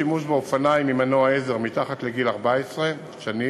איסור שימוש באופניים עם מנוע עזר מתחת לגיל 14 שנים